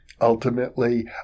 Ultimately